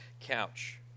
couch